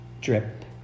Drip